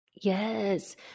Yes